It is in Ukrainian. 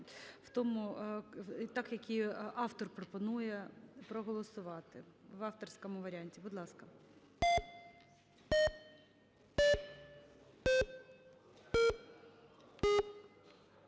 так як її автор пропонує, проголосувати. В авторському варіанті. Будь ласка.